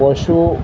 পশু